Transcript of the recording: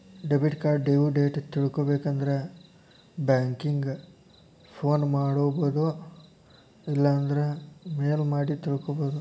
debit card due date ತಿಳ್ಕೊಬೇಕಂದ್ರ banking phone ಮಾಡೊಬೋದು ಇಲ್ಲಾಂದ್ರ ಮೇಲ್ ಮಾಡಿ ತಿಳ್ಕೋಬೋದು